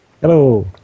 Hello